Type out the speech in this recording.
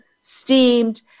steamed